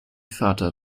vater